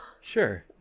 Sure